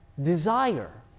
desire